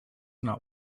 not